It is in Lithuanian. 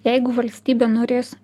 jeigu valstybė norės